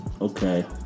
okay